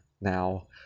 now